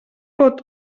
pot